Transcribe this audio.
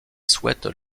souhaitent